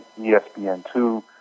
ESPN2